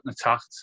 attacked